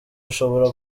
ushobora